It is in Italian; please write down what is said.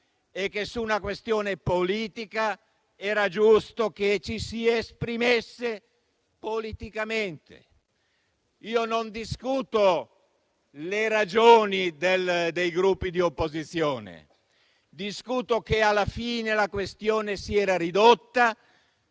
e che su una questione politica era giusto che ci si esprimesse politicamente. Non discuto le ragioni dei Gruppi di opposizione; discuto sul fatto che alla fine la questione si era ridotta